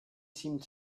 seemed